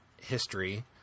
history